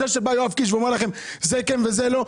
כשיואב קיש אומר לכם: זה כן וזה לא,